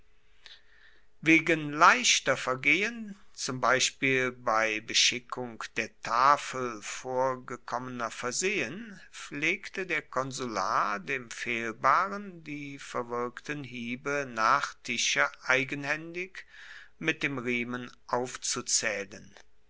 wegen leichter vergehen zum beispiel bei beschickung der tafel vorgekommener versehen pflegte der konsular dem fehlbaren die verwirkten hiebe nach tische eigenhaendig mit dem riemen aufzuzaehlen